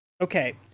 Okay